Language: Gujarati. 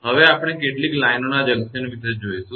હવે આપણે કેટલીક લાઈનોના જંકશન વિશે જોઇશું